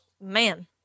Man